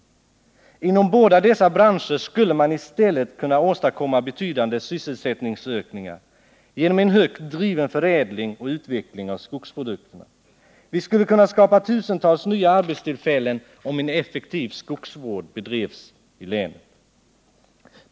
På grundval av båda dessa branscher skulle man i stället kunna åstadkomma betydande sysselsättningsökningar genom en högt driven förädling och utveckling av skogsprodukterna. Vi skulle kunna skapa tusentals nya arbetstillfällen, om en effektiv skogsvård bedrevs i länet.